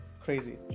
crazy